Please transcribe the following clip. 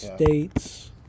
states